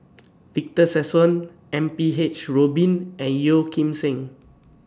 Victor Sassoon M P H Rubin and Yeo Kim Seng